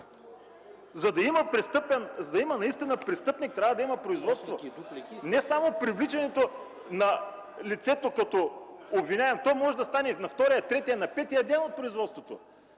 За да има наистина престъпник, трябва да има производство! Не само привличането на лицето като обвиняем – то може да стане на втория, третия, на петия ден от производството!